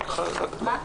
אני